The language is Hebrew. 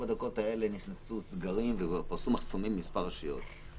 בדקות האלה נכנסו סגרים ופרסו מחסומים במספר רשויות.